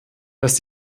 dass